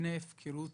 מפני הפקרות